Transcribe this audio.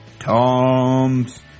Tom's